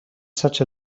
such